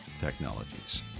Technologies